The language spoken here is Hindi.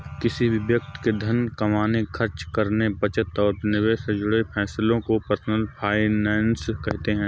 किसी भी व्यक्ति के धन कमाने, खर्च करने, बचत और निवेश से जुड़े फैसलों को पर्सनल फाइनैन्स कहते हैं